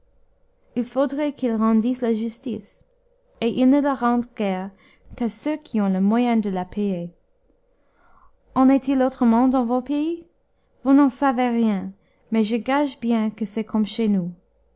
il faudrait qu'ils rendissent la justice et ils ne la rendent guère qu'à ceux qui ont le moyen de la payer en est-il autrement dans vos pays vous n'en savez rien mais je gage bien que c'est comme chez nous